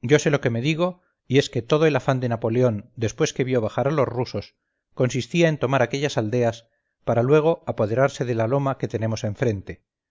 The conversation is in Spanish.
yo sé lo que me digo y es que todo el afán de napoleón después que vio bajar a los rusos consistía en tomar aquellas aldeas para luego apoderarse de la loma que tenemos enfrente